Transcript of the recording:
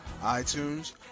iTunes